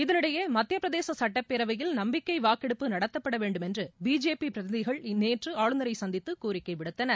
இதனிடையே மத்தியப்பிரதேச சட்டப்பேரவையில் நம்பிக்கை வாக்கெடுப்பு நடத்தப்பட வேண்டுமென்று பிஜேபி பிரதிநிதிகள் நேற்று ஆளுநரை சந்தித்து கோரிக்கை விடுத்தனர்